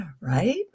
right